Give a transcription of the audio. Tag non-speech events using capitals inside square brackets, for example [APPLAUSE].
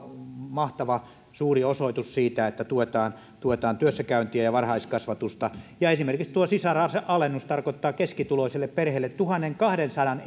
mahtava suuri osoitus siitä että tuetaan tuetaan työssäkäyntiä ja varhaiskasvatusta ja esimerkiksi tuo sisaralennus tarkoittaa keskituloiselle perheelle tuhannenkahdensadan [UNINTELLIGIBLE]